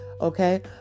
Okay